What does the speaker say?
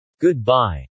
Goodbye